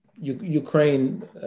Ukraine